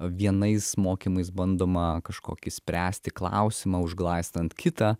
vienais mokymais bandoma kažkokį spręsti klausimą užglaistant kitą